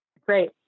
Great